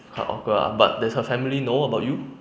很 awkward ah but does her family know about you